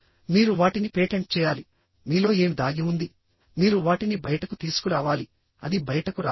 మీరు వాటిని పేటెంట్ చేయాలి మీలో ఏమి దాగి ఉంది మీరు వాటిని బయటకు తీసుకురావాలి అది బయటకు రావాలి